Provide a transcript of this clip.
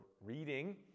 reading